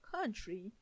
country